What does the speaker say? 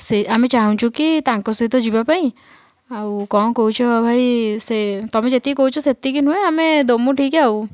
ସେ ଆମେ ଚାହୁଁଛୁ କି ତାଙ୍କ ସହିତ ଯିବା ପାଇଁ ଆଉ କ'ଣ କହୁଛ ଭାଇ ସେ ତମେ ଯେତିକି କହୁଛ ସେତିକି ନୁହେଁ ଆମେ ଦମୁ ଠିକ୍ ଆଉ